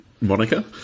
Monica